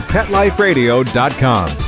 PetLifeRadio.com